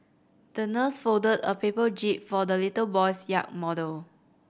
the nurse folded a paper jib for the little boy's yacht model